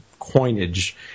coinage